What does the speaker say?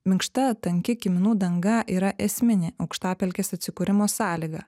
minkšta tanki kiminų danga yra esminė aukštapelkės atsikūrimo sąlyga